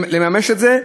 בשביל מה הוא לקח את זה?